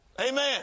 Amen